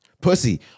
Pussy